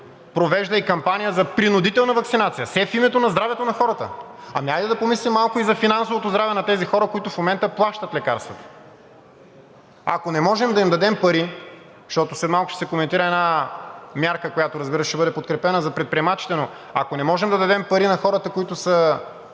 провежда и кампания за принудителна ваксинация – все в името на здравето на хората?! Ами, хайде да помислим малко и за финансовото здраве на тези хора, които в момента плащат лекарствата! Ако не можем да им дадем пари, защото след малко ще се коментира една мярка, която, разбира се, ще бъде подкрепена – за предприемачите, но ако не можем да дадем пари на хората, които са